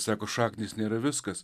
sako šaknys nėra viskas